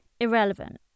irrelevant